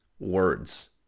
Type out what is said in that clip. words